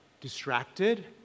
distracted